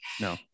No